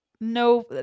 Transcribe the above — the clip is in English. No